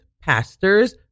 pastors